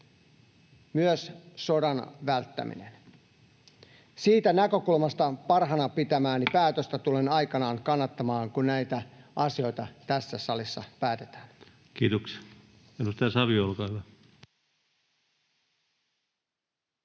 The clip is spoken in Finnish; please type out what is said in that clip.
myös sodan välttäminen. Siitä näkökulmasta parhaana pitämääni päätöstä tulen aikanaan kannattamaan, kun näistä asioista tässä salissa päätetään. Kiitoksia. — Edustaja Savio, olkaa hyvä.